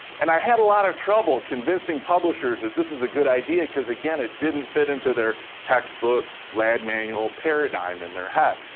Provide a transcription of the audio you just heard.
and i had a lot of trouble convincing publishers that this was a good idea cause, again, it didn't fit into their textbook, lab manual paradigm in their head.